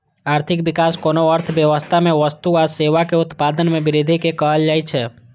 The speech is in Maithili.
आर्थिक विकास कोनो अर्थव्यवस्था मे वस्तु आ सेवाक उत्पादन मे वृद्धि कें कहल जाइ छै